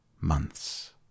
Months